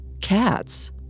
cats